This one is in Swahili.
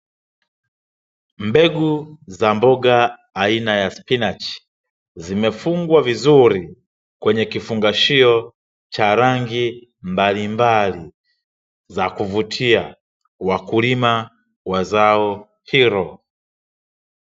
Mbegu za mboga aina ya spinachi, zimefungwa vizuri kwenye kifungashio cha rangi mbalimbali za kuvutia wakulima wa zao hilo .